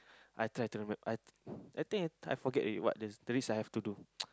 I try to remember I I think I forget already what the the risk I have to do